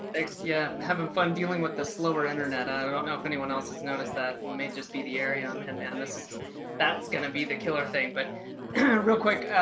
thanks. yeah, having fun dealing with the slower internet. i don't know if anyone else has noticed that may just be the area i'm in man. this is that's gonna be the killer thing. but real quick,